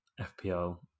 FPL